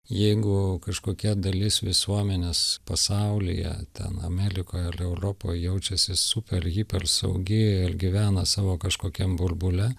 jeigu kažkokia dalis visuomenės pasaulyje ten amerikoj ar europoj jaučiasi super hiper saugiai ir gyvena savo kažkokiam burbule